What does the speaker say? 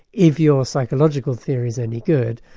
if your psychological theory's any good,